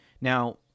Now